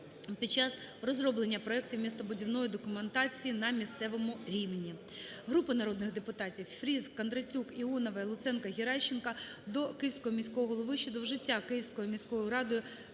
під час розроблення проектів містобудівної документації на місцевому рівні". Групи народних депутатів (Фріз, Кондратюк, Іонової, Луценко, Геращенко) до Київського міського голови щодо вжиття Київської міською радою